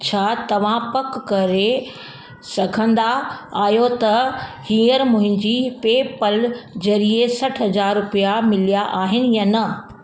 छा तव्हां पक करे सघंदा आहियो त हीअंर मुंहिंजी पे पल ज़रिए सठ हज़ार रुपिया मिलिया आहिनि या न